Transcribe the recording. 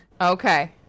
Okay